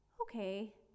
okay